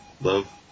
Love